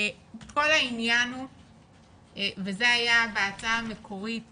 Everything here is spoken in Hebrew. כל העניין הוא, וזה היה בהצעה המקורית